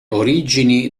origini